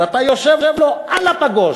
אז אתה יושב לו על הפגוש,